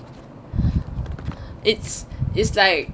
it's it's like